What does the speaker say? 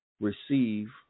receive